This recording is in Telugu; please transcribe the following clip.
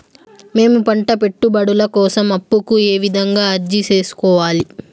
మేము పంట పెట్టుబడుల కోసం అప్పు కు ఏ విధంగా అర్జీ సేసుకోవాలి?